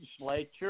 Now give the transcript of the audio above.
legislature